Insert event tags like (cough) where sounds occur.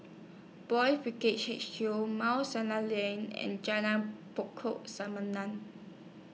Boys' Brigade H Q Mount Sinai Lane and Jalan Pokok (unintelligible)